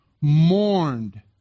mourned